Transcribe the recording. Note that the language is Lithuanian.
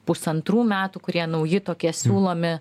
pusantrų metų kurie nauji tokie siūlomi